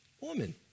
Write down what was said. Woman